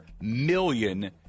million